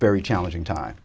very challenging time